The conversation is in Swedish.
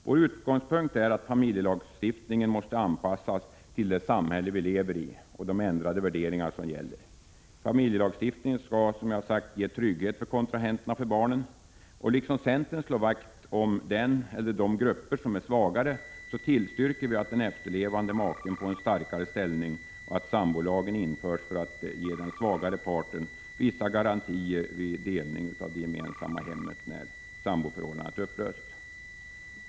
Vår utgångspunkt är att familjelagstiftningen måste anpassas till det samhälle vi nu lever i och de ändrade värderingar som gäller. Familjelagstiftningen skall ge trygghet för kontrahenterna och för barnen. Liksom centern slår vakt om den grupp eller de grupper som är svagare, tillstyrker vi att den efterlevande maken får en starkare ställning och att sambolagen införs, så att den svagare parten får vissa garantier vid delning av det gemensamma hemmet när ett samboförhållande upplöses.